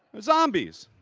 zombies!